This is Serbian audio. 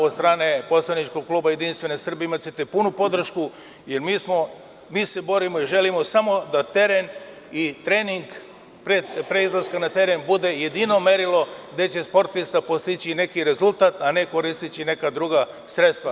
Od strane poslaničkog kluba JS imaćete punu podršku, jer mi se borimo i želimo samo da teren i trening pre izlaska na teren bude jedino merilo gde će sportista postići neki rezultat, a ne koristeći neka druga sredstva.